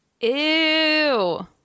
Ew